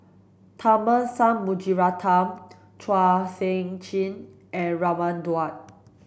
Tharman Shanmugaratnam Chua Sian Chin and Raman Daud